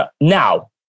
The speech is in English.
now